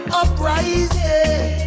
uprising